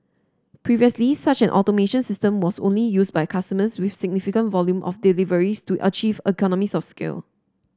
previously such an automation system was only used by customers with significant volume of deliveries to achieve economies of scale